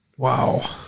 Wow